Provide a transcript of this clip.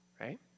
right